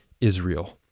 Israel